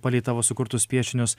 palei tavo sukurtus piešinius